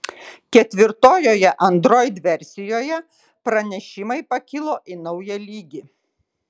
ketvirtojoje android versijoje pranešimai pakilo į naują lygį